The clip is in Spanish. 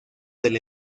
del